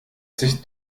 sich